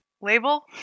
label